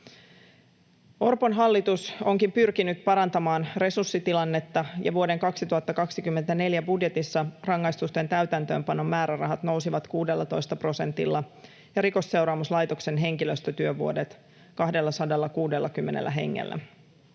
Orpon hallitus onkin pyrkinyt parantamaan resurssitilannetta ja vuoden 2024 budjetissa rangaistusten täytäntöönpanon määrärahat nousivat 16 prosentilla ja Rikosseuraamuslaitoksen henkilöstötyövuodet 260 hengellä,